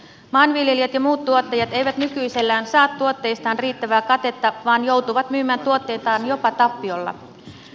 maanviljelijät ja muut tuottajat eivät nykyisellään saa tuotteistaan riittävää katetta vaan joutuvat myymään tuotteitaan jopa tappiolla